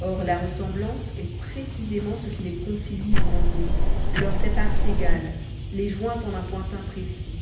or la ressemblance est précisément ce qui les concilie en nous leur fait part égale les joint en un point imprécis